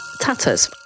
tatters